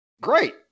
great